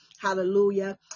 Hallelujah